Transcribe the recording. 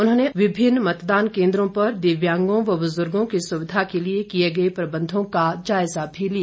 ऋग्वेद ठाकुर ने विभिन्न मतदान केंद्रों पर दिव्यांगों व बुजुर्गो की सुविधा के लिए किए गए प्रबंधों का जायजा भी लिया